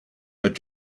but